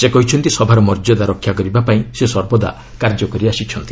ସେ କହିଛନ୍ତି ସଭାର ମର୍ଯ୍ୟାଦା ରକ୍ଷା କରିବାପାଇଁ ସେ ସର୍ବଦା କାର୍ଯ୍ୟ କରିଆସିଛନ୍ତି